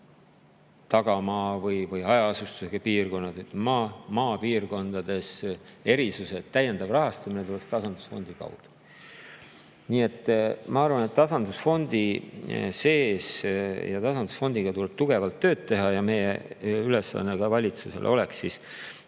tagamaa või hajaasustusega piirkondade, maapiirkondade erisused – see täiendav rahastamine tuleks tasandusfondi kaudu. Nii et ma arvan, et tasandusfondi sees ja tasandusfondiga tuleb tugevalt tööd teha. Meie ülesanne valitsusele oleks